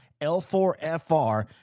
L4FR